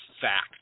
fact